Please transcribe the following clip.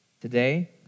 today